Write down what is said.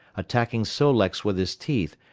attacking sol-leks with his teeth,